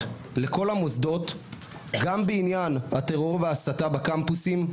לכל המוסדות גם בעניין הטרור והסתה בקמפוסים,